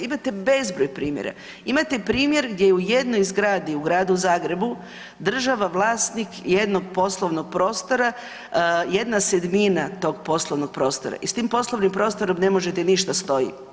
Imate bezbroj primjera, imate primjer gdje u jednoj zgradi u Gradu Zagrebu država vlasnik jednog poslovnog prostora 1/7 tog poslovnog prostora i s tim poslovnim prostorom ne možete ništa, stoji.